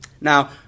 Now